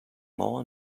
more